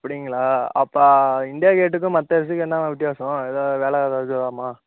அப்படிங்களா அப்போ இண்டியா கேட்டுக்கும் மற்ற அரிசிக்கும் என்னமா வித்யாசம் எதாவது வெலை எதாவது இது ஆகுமா